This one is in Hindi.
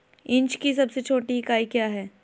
इंच की सबसे छोटी इकाई क्या है?